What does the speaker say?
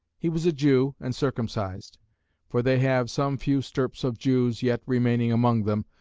he was a jew and circumcised for they have some few stirps of jews yet remaining among them,